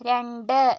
രണ്ട്